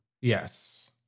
Yes